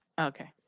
Okay